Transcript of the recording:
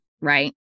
Right